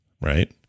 right